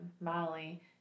Molly